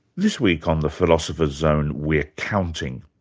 this week on the philosopher's zone, we're counting.